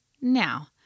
Now